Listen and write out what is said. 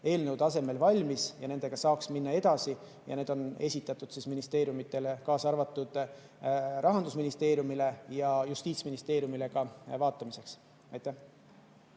eelnõu tasemel valmis, nendega saaks edasi minna ja need on esitatud ministeeriumidele, kaasa arvatud Rahandusministeeriumile ja Justiitsministeeriumile ülevaatamiseks. Aitäh!